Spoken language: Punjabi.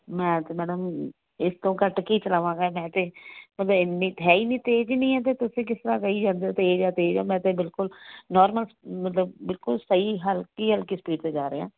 ਮੈਂ ਤਾਂ ਮੈਡਮ ਇਸ ਤੋਂ ਘੱਟ ਕੀ ਚਲਾਵਾਂਗਾ ਮੈਂ ਤਾਂ ਮਤਲਬ ਇੰਨੀ ਹੈ ਹੀ ਨਹੀਂ ਤੇਜ਼ ਹੀ ਨਹੀਂ ਹੈ ਅਤੇ ਤੁਸੀਂ ਕਿਸ ਤਰ੍ਹਾਂ ਕਹੀ ਜਾਂਦੇ ਤੇਜ਼ ਹੈ ਤੇਜ਼ ਹੈ ਮੈਂ ਤਾਂ ਬਿਲਕੁਲ ਨੋਰਮਲ ਮਤਲਬ ਬਿਲਕੁਲ ਸਹੀ ਹਲਕੀ ਹਲਕੀ ਸਪੀਡ 'ਤੇ ਜਾ ਰਿਹਾ